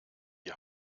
die